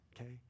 okay